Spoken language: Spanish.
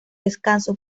descanso